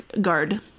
Guard